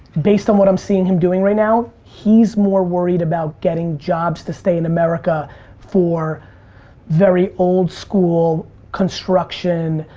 based on what i'm seeing him doing right now, he's more worried about getting jobs to stay in america for very old school construction,